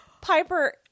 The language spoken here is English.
piper